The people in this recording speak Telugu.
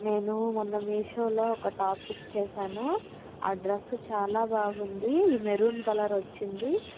నేను మొన్న మీషోలో ఒక టాప్ బుక్ చేశాను ఆ డ్రస్సు చాలా బాగుంది ఈ మెరూన్ కలర్ వచ్చింది